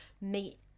meet